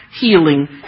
healing